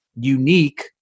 unique